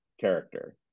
character